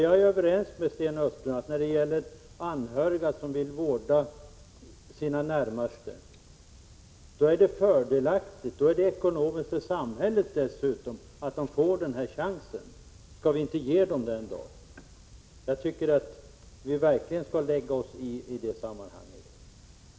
Jag är överens med Sten Östlund om att det när det gäller anhöriga som vill vårda sina närmaste är fördelaktigt och dessutom ekonomiskt för samhället att de ges chans till detta. Skall vi inte ge dem den chansen? Jag tycker att vi i det sammanhanget verkligen skall lägga oss i.